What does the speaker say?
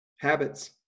Habits